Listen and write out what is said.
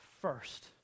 first